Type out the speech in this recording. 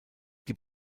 die